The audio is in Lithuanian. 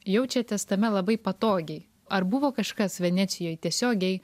jaučiatės tame labai patogiai ar buvo kažkas venecijoj tiesiogiai